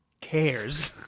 cares